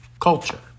culture